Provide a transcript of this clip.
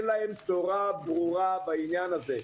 אין להן בשורה ברורה בעניין הזה.